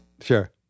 Sure